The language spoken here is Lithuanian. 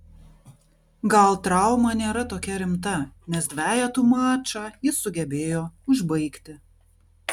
gal trauma nėra tokia rimta nes dvejetų mačą jis sugebėjo užbaigti